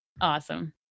Awesome